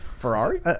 ferrari